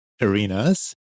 arenas